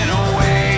away